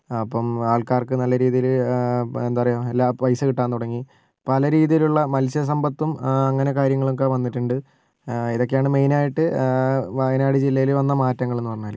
അപ്പം ആൾക്കാർക്ക് നല്ല രീതിയിൽ ഇപ്പം എന്താ പറയാ എല്ലാ പൈസ കിട്ടാൻ തുടങ്ങി പല രീതിയിലുള്ള മത്സ്യസമ്പത്തും അങ്ങനെ കാര്യങ്ങളൊക്കെ വന്നിട്ടുണ്ട് ഇതൊക്കെയാണ് മെയിനായിട്ട് വയനാട് ജില്ലയിൽ വന്ന മാറ്റങ്ങൾ എന്ന് പറഞ്ഞാൽ